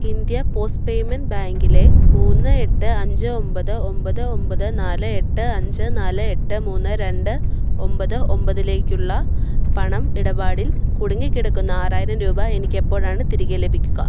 India post payment ബാങ്കിലെ മൂന്ന് എട്ട് അഞ്ച് ഒമ്പത് ഒമ്പത് ഒമ്പത് നാല് എട്ട് അഞ്ച് നാല് എട്ട് മൂന്ന് രണ്ട് ഒമ്പത് ഒമ്പതിലേക്കുള്ള പണം ഇടപാടിൽ കുടുങ്ങിക്കിടക്കുന്ന ആറായിരം രൂപ എനിക്ക് എപ്പോഴാണ് തിരികെ ലഭിക്കുക